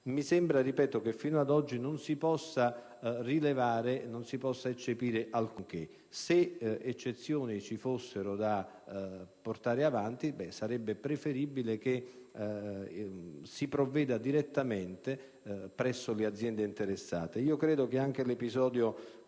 mi sembra che fino ad oggi non si possa rilevare o eccepire alcunché. Se eccezioni ci fossero da portare avanti, sarebbe preferibile che si provvedesse direttamente presso le aziende interessate. Io credo che anche l'episodio